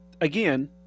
again